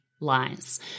lies